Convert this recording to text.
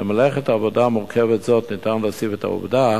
למלאכה המורכבת הזאת ניתן להוסיף את העובדה